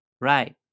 right